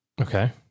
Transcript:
Okay